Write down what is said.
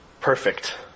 perfect